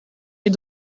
est